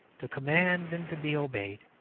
to command and to be obeyed.